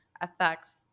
affects